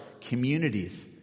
communities